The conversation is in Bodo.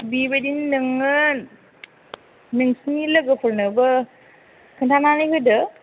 बेबायदिनो नोङो नोंसोरनि लोगोफोरनोबो खिन्थानानै होदो